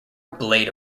blade